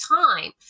time